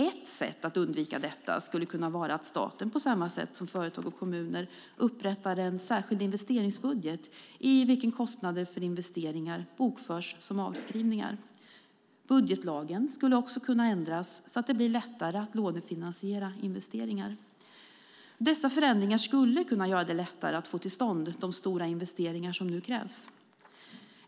Ett sätt att undvika detta skulle kunna vara att staten, på samma sätt som företag och kommuner, upprättar en särskild investeringsbudget i vilken kostnader för investeringar bokförs som avskrivningar. Budgetlagen skulle också kunna ändras så att det blir lättare att lånefinansiera investeringar. Dessa förändringar skulle kunna göra det lättare att få till stånd de stora investeringar som nu krävs.